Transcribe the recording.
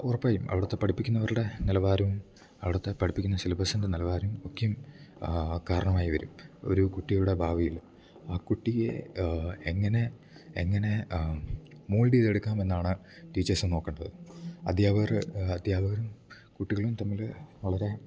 ഉറപ്പായും അവിട്ത്തെ പടിപ്പിക്ക്ന്നവര്ടെ നിലവാരവും അവ്ടുത്തെ പടിപ്പിക്കുന്ന സിലബസിൻറ്റെ നിലവാരം ഒക്കേം കാരണമായി വരും ഒരു കുട്ടിയുടെ ഭാവീല് ആ കുട്ടിയെ എങ്ങനെ എങ്ങനെ മോൾഡ്ഡേയ്തെടുക്കാമെന്നാണ് ടീച്ചേഴ്സ്സ് നോക്കണ്ടത് അദ്ധ്യാപകർ അദ്ധ്യാപകരും കുട്ടികളും തമ്മിൽ വളരെ